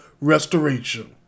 restoration